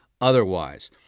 otherwise